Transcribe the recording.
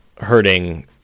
hurting